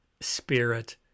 spirit